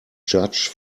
judge